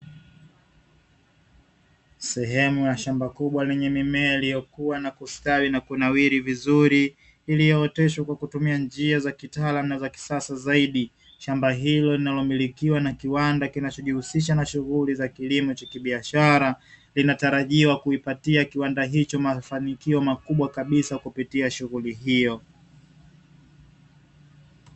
Sehemu ya shamba kubwa lenye mimea iliyokuwa na kustawi na kunawiri vizuri, iliyooteshwa kwa kutumia njia za kitaalamu na za kisasa zaidi. Shamba hilo linalomilikiwa na kiwanda kinachojihusisha na shughuli za kilimo cha kibiashara, linatarajiwa kuipatia kiwanda hicho mafanikio makubwa kabisa kupitia shughuli hiyo.